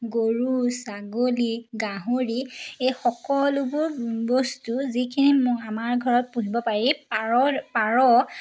গৰু ছাগলী গাহৰি এই সকলোবোৰ বস্তু যিখিনি মই আমাৰ ঘৰত পুহিব পাৰি পাৰ পাৰ